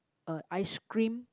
a ice cream